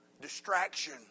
distraction